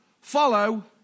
follow